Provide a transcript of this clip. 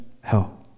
hell